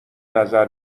نظر